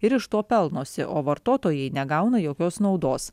ir iš to pelnosi o vartotojai negauna jokios naudos